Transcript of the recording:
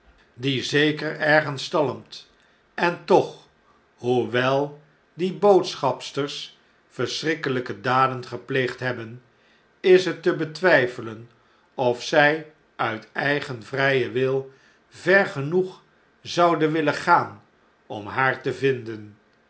die zeker ergens talmt en toch hoewel die boodschapsters verschrikkelpe daden gepleegd hebben is het te betwijfelen of z uit eigen vrijen wil ver genoeg zouden willen gaan om haar te vinden